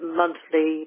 monthly